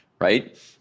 right